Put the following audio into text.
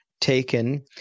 taken